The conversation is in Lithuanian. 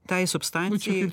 tai substancijai